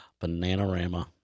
Bananarama